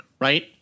right